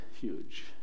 huge